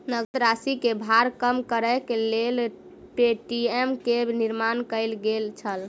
नकद राशि के भार कम करैक लेल पे.टी.एम के निर्माण कयल गेल छल